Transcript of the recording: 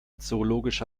zoologische